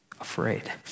afraid